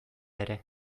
ere